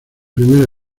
primera